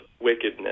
wickedness